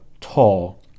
tall